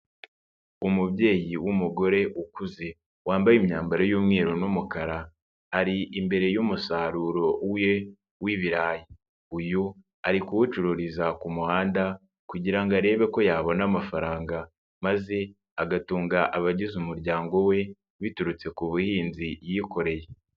Umubyeyi w'umugore ukuze, wambaye imyambaro y'umweru n'umukara, ari imbere y'umusaruro we w'ibirayi. Uyu ari kuwucururiza ku muhanda kugira ngo arebe ko yabona amafaranga maze agatunga abagize umuryango we, biturutse ku buhinzi yikoreye.